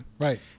Right